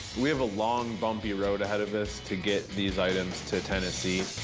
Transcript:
we have a long bumpy road ahead of us to get these items to tennessee.